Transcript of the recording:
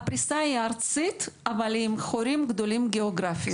הפריסה היא ארצית אבל עם חורים גדולים גיאוגרפיים.